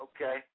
Okay